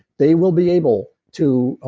they will be able to